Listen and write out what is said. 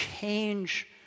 change